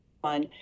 one